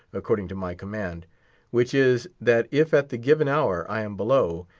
according to my command which is, that if at the given hour i am below,